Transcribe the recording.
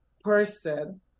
person